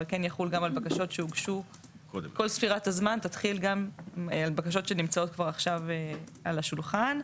אבל כל ספירת הזמן תתחיל גם על בקשות שנמצאות כבר עכשיו על השולחן.